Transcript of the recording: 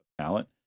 talent